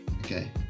Okay